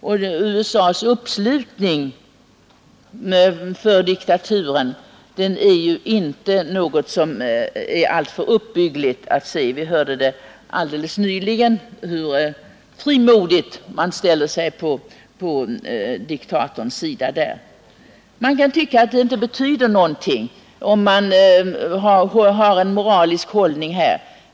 Och USA:s uppslutning kring diktaturen är ju inte något alltför uppbyggligt — vi hörde alldeles nyligen hur frimodigt man ställer sig på diktatorns sida. Det kan tyckas att det inte betyder någonting om man har en moralisk hållning här.